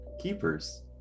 keepers